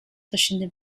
verschiedene